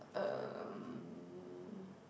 um